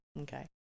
Okay